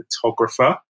photographer